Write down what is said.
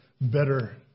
better